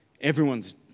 Everyone's